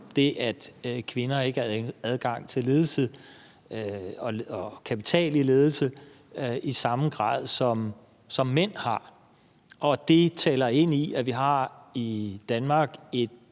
det, at kvinder ikke har adgang til ledelse og kapital i ledelse i samme grad, som mænd har, og det taler ind i, at vi i Danmark